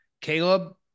Caleb